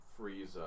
Frieza